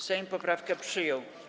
Sejm poprawkę przyjął.